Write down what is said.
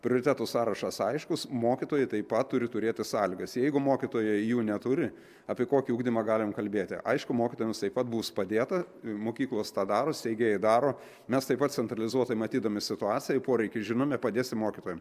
prioritetų sąrašas aiškus mokytojai taip pat turi turėti sąlygas jeigu mokytojai jų neturi apie kokį ugdymą galim kalbėti aišku mokytojams taip pat bus padėta mokyklos tą daro steigėjai daro mes taip pat centralizuotai matydami situaciją poreikį žinome padėsim mokytojams